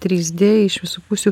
trys d iš visų pusių